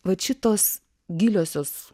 vat šitos giliosios